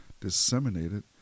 disseminated